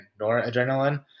noradrenaline